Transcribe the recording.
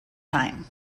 time